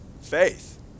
Faith